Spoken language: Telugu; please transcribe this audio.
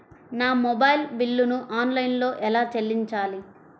నా మొబైల్ బిల్లును ఆన్లైన్లో ఎలా చెల్లించాలి?